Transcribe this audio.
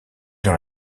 dans